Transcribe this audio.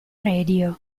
radio